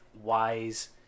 wise